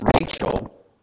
Rachel